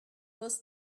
was